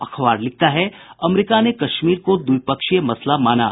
अखबार लिखता है अमरीका ने कश्मीर को द्विपक्षीय मसला माना